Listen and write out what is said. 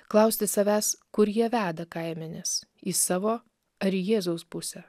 klausti savęs kur jie veda kaimenes į savo ar į jėzaus pusę